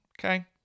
Okay